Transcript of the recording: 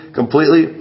completely